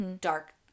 dark